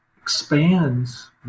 expands